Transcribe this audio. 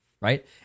right